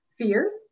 fears